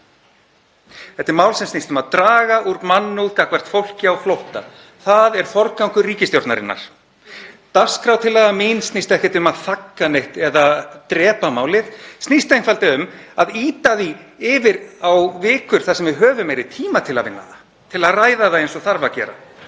Þetta er mál sem snýst um að draga úr mannúð gagnvart fólki á flótta. Það er forgangur ríkisstjórnarinnar. Dagskrártillaga mín snýst ekkert um að þagga neitt eða drepa málið. Hún snýst einfaldlega um að ýta því yfir á vikur þar sem við höfum meiri tíma til að vinna það, til að ræða það eins og þarf að gera.